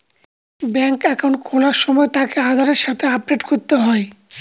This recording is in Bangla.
ব্যাঙ্কে একাউন্ট খোলার সময় তাকে আধারের সাথে আপডেট করতে হয়